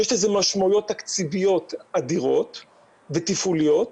שיש לזה משמעויות תקציביות ותפעוליות אדירות,